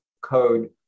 code